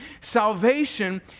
Salvation